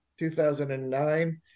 2009